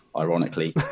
ironically